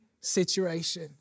situation